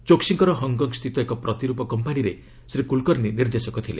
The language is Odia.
ଚୋକ୍ସିଙ୍କର ହଙ୍ଗ୍କଙ୍ଗ୍ସ୍ଥିତ ଏକ ପ୍ରତିରୂପ କମ୍ପାନୀରେ ଶ୍ରୀକୁଲ୍କର୍ଷୀ ନିର୍ଦ୍ଦେଶକ ଥିଲେ